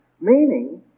meaning